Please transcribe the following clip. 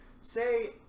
say